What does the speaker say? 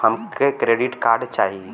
हमके credit card चाही